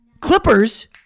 Clippers